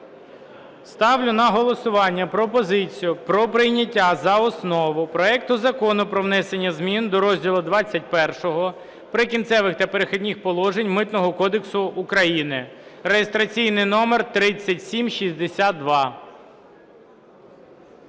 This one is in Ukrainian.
Ставлю на голосування пропозицію про прийняття за основу проекту Закону про внесення змін до розділу ХХІ "Прикінцевих та перехідних положень" Митного кодексу України (реєстраційний номер 3762).